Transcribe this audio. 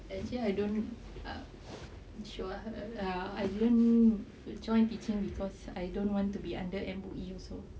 actually I don't ah I don't join teaching because I don't want to be under M_O_E also